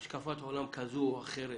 השקפת עולם כזו או אחרת